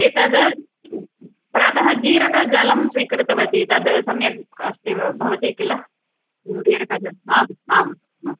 एतद् प्रातः जीरकजलं स्वीकृतवती तद् सम्यक् अस्ति भवति किल जीरकजलं आम् आम् हा